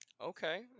Okay